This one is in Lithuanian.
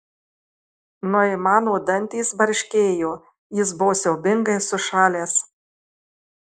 noimano dantys barškėjo jis buvo siaubingai sušalęs